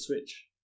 Switch